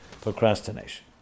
procrastination